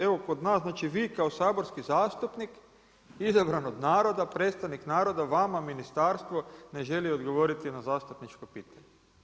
Evo kod nas, znači vi saborski zastupnik, izabran od naroda, predstavnik naroda, vama ministarstvo ne želi odgovoriti na zastupničko pitanje.